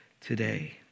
today